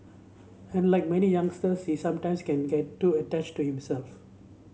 and like many youngsters he sometimes can get too attached to himself